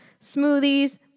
smoothies